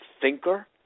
thinker